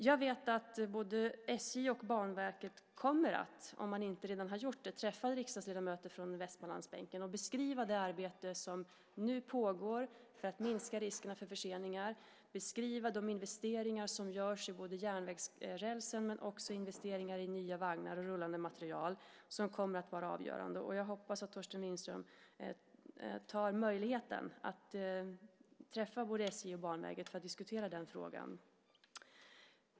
Jag vet att både SJ och Banverket kommer att, om man inte redan har gjort det, träffa riksdagsledamöter från Västmanlandsbänken för att beskriva det arbete som nu pågår för att minska riskerna för förseningar och beskriva de investeringar som görs i järnvägsräls, nya vagnar och rullande material. Jag hoppas att Torsten Lindström tar möjligheten att träffa både SJ och Banverket för att diskutera frågan.